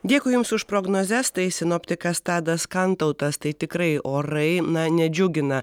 dėkui jums už prognozes tai sinoptikas tadas kantautas tai tikrai orai nedžiugina